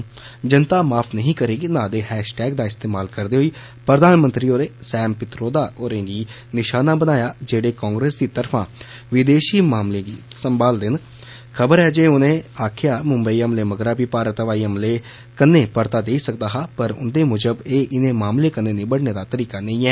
'जनता माफ नहीं करेगी' नांऽ दे हैषटैग दा इस्तेमाल करदे होई प्रधानमंत्री होरें सैम पित्रोदा होरें'गी निषाना बनाया जेह्ड़े कांग्रेस दी तरफा विदेषी मामलें गी सांभदे न खबर ऐ जे उनें आक्खेआ जे मुमबई हमलें मगरा बी भारत हवाई हमलें कन्नै पराता देई सकदा हा पर उन्दे मूजब ऐह इनें मामलें कन्नै निबड़ने दा तरीका नेई ऐ